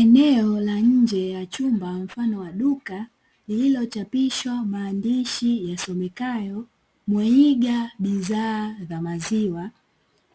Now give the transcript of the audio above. Eneo la nje ya chumba mfano wa duka, lillilochapishwa maandishi yasomekayo ''Mweiga bidhaa za maziwa"